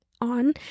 on